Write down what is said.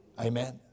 Amen